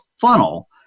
funnel